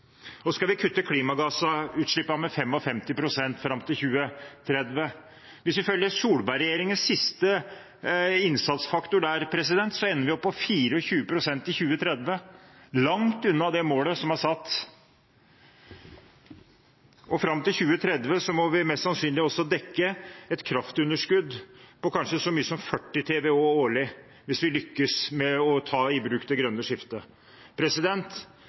skal vi kutte klimagassutslippene med 55 pst. fram til 2030. Hvis vi følger Solberg-regjeringens siste innsatsfaktor der, ender vi opp på 24 pst. i 2030 – langt unna det målet som er satt. Fram til 2030 må vi mest sannsynlig også dekke et kraftunderskudd på kanskje så mye som 40 TWh årlig, hvis vi lykkes med å ta i bruk det grønne skiftet.